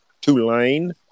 Tulane